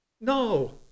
No